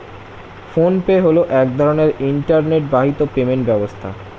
phone pay হলো এক ধরনের ইন্টারনেট বাহিত পেমেন্ট ব্যবস্থা